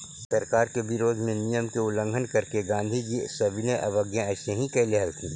सरकार के विरोध में नियम के उल्लंघन करके गांधीजी सविनय अवज्ञा अइसही कैले हलथिन